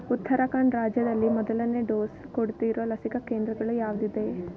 ಉತ್ತರಾಖಂಡ್ ರಾಜ್ಯದಲ್ಲಿ ಮೊದಲನೇ ಡೋಸ್ ಕೊಡ್ತಿರೋ ಲಸಿಕಾ ಕೇಂದ್ರಗಳು ಯಾವುದಿದೆ